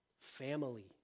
family